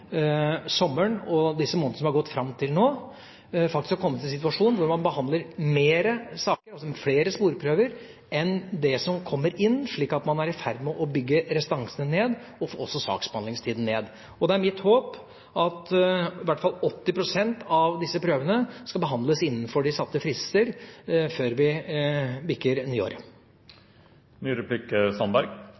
sommeren og disse månedene som har gått fram til nå, faktisk har kommet i en situasjon hvor man behandler flere sporprøver enn det som kommer inn. Man er altså i ferd med å bygge restansene ned og får også saksbehandlingstiden ned. Det er mitt håp at i hvert fall 80 pst. av disse prøvene skal behandles innenfor de satte frister før vi